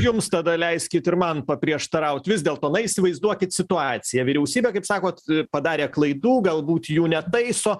jums tada leiskit ir man paprieštaraut vis dėlto na įsivaizduokit situaciją vyriausybė kaip sakot padarė klaidų galbūt jų netaiso